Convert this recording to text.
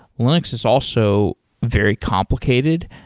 linux is also very complicated.